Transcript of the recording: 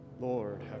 Lord